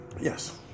Yes